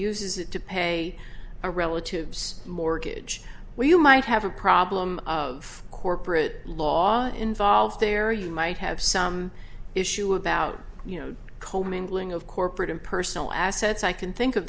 uses it to pay a relative's mortgage well you might have a problem of corporate law involved there you might have some issue about you know commingling of corporate and personal assets i can think of